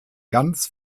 ganz